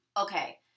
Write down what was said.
okay